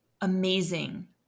amazing